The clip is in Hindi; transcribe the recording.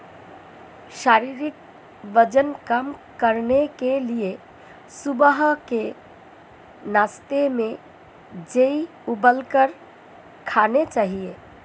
शारीरिक वजन कम करने के लिए सुबह के नाश्ते में जेई उबालकर खाने चाहिए